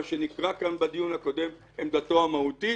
שנקרא כאן בדיון הקודם "עמדתו המהותית",